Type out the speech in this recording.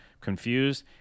confused